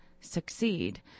succeed